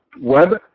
Web